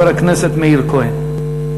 חבר הכנסת מאיר כהן.